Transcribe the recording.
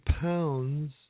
pounds